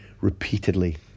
repeatedly